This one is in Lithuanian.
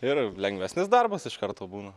ir lengvesnis darbas iš karto būna